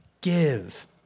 Give